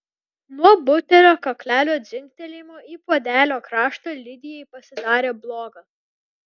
nuo butelio kaklelio dzingtelėjimo į puodelio kraštą lidijai pasidarė bloga